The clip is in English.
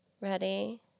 Ready